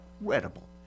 incredible